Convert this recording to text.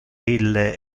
ille